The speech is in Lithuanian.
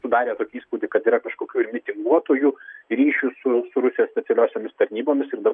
sudarė tokį įspūdį kad yra kažkokių mitinguotojų ryšių su su rusijos specialiosiomis tarnybomis ir dabar